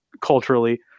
culturally